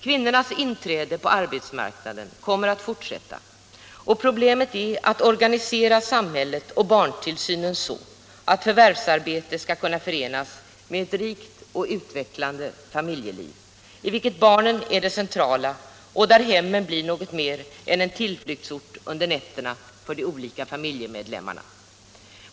Kvinnornas inträde på arbetsmarknaden kommer att fortsätta, och problemet är att organisera samhället och barntillsynen så att förvärvsarbete skall kunna förenas med ett rikt och utvecklande familjeliv, i vilket barnen är det centrala och där hemmet blir någonting mer än en tillflyktsort under nätterna för de olika familjemedlemmarna.